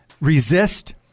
resist